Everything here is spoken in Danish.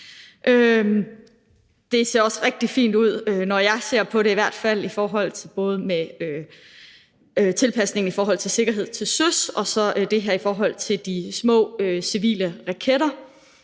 Det ser også rigtig fint ud, i hvert fald når jeg ser når på det, med tilpasningen i forhold til sikkerhed til søs og med det her i forhold til de små, civile raketter.